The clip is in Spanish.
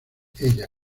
ella